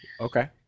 Okay